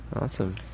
awesome